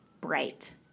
bright